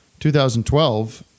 2012